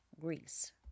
Greece